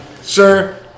Sir